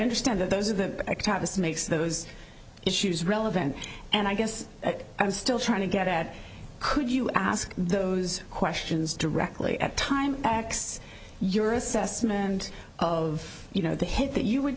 understand that those are the toughest makes those issues relevant and i guess i'm still trying to get at could you ask those questions directly at time x your assessment of you know the hit that you would